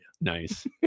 nice